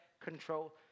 control